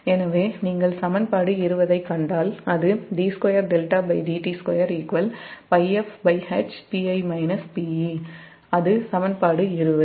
எனவே நீங்கள் சமன்பாடு 20 ஐக் கண்டால் அது அது சமன்பாடு 20